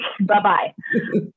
bye-bye